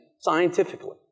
scientifically